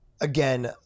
again